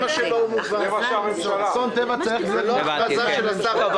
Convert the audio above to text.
הדברים האלה כמובן יתבהרו בהמשך מכיוון שעוד מוקדם,